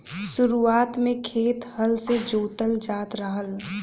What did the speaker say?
शुरुआत में खेत हल से जोतल जात रहल